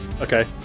Okay